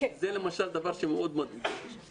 אני מנהל בית ספר "שבילי רעות" במועצה האזורית